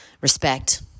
respect